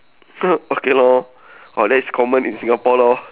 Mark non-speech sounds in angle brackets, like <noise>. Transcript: <noise> okay lor or that is common in singapore lor